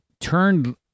turned